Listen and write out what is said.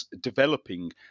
developing